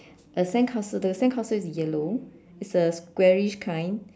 a sandcastle the sandcastle is yellow is a squarish kind